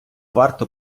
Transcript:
варто